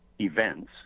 events